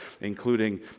including